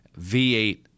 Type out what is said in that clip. V8